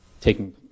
taking